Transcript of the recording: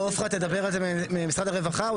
ועפרה ממשרד הרווחה תדבר על זה,